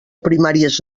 primàries